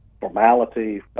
formality